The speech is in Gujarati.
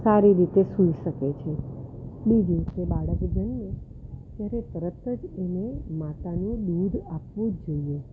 સારી રીતે સૂઈ શકે છે બીજું કે બાળક જન્મે ત્યારે તરત જ એને માતાનું દૂધ આપવું જ જોઈએ